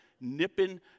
nipping